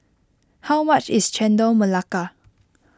how much is Chendol Melaka